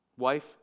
wife